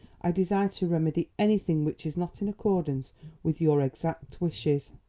i desire to remedy anything which is not in accordance with your exact wishes.